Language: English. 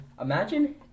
Imagine